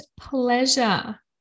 pleasure